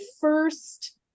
first